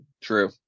true